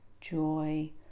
joy